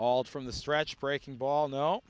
all from the stretch breaking ball no